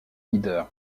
leader